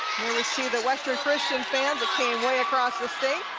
really see that western christian fans that came way across the state.